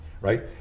Right